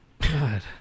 God